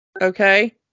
Okay